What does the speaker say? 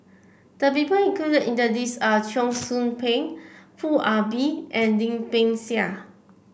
the people included in the list are Cheong Soo Pieng Foo Ah Bee and Lim Peng Siang